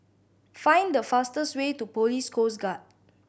find the fastest way to Police Coast Guard